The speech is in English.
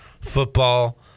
football